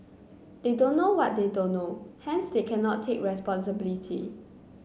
they don't know what they don't know hence they cannot take responsibility